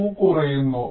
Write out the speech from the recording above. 02 കുറയുന്നു